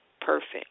perfect